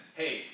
hey